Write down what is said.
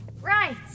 Right